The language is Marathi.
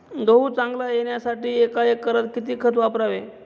गहू चांगला येण्यासाठी एका एकरात किती खत वापरावे?